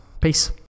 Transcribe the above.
Peace